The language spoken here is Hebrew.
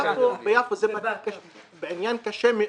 ביפו זה מצב קשה, זה עניין קשה מאוד.